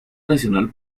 nacional